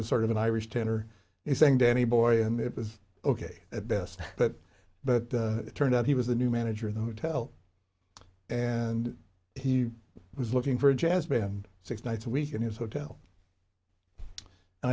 was sort of an irish tenor you saying danny boy and it was ok at best that but it turned out he was the new manager of the hotel and he was looking for a jazz band six nights a week in his hotel and